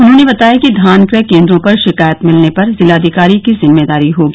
उन्होंने बताया कि धान क्रय केन्द्रों पर शिकायत मिलने पर जिलाधिकारी की जिम्मेदारी होगी